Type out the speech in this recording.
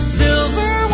silver